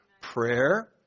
Prayer